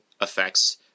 affects